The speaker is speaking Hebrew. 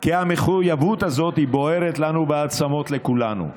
כי המחויבות הזאת היא בוערת לנו בעצמות, לכולנו,